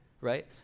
right